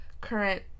current